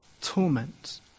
torment